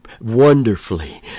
wonderfully